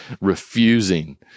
refusing